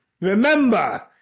remember